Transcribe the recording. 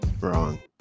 wrong